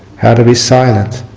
how to be silent.